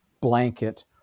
blanket